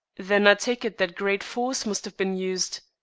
then i take it that great force must have been used?